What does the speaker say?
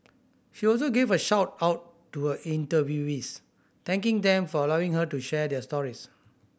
she also gave a shout out to her interviewees thanking them for allowing her to share their stories